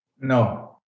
no